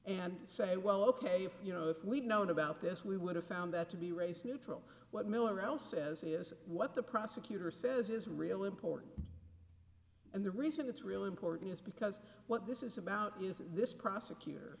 and say well ok you know if we'd known about this we would have found that to be race neutral what miller l says is what the prosecutor says is really important and the reason it's really important is because what this is about is this prosecutor